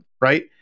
right